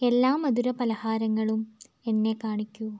എല്ലാ മധുരപലഹാരങ്ങളും എന്നെ കാണിക്കൂ